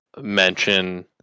mention